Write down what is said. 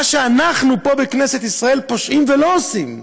מה שאנחנו פה בכנסת ישראל פושעים ולא עושים.